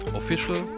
official